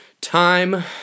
Time